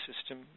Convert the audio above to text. system